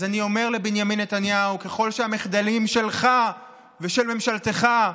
אז אני אומר לבנימין נתניהו: ככל שהמחדלים שלך ושל ממשלתך,